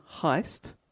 Heist